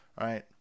right